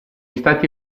stati